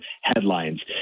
headlines